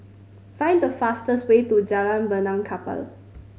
find the fastest way to Jalan Benaan Kapal